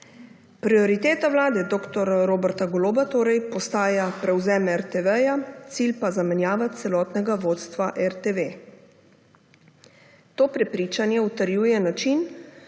Prioriteta vlade dr. Roberta Goloba torej postaja prevzem RTV, cilj pa zamenjava celotnega vodstva RTV. To prepričanje utrjuje način,